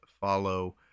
follow